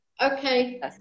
Okay